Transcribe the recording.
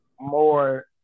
more